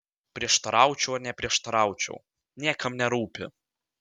prieštaraučiau ar neprieštaraučiau niekam nerūpi